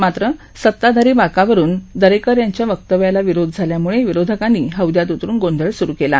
मात्र सताधारी बाकावरून दरेकर यांच्या वक्तव्याला विरोध झाल्यामुळे विरोधकांनी हौदात उतरून गोंधळ सुरु केला